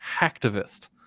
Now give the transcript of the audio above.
hacktivist